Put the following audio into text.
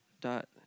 dot